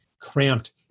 cramped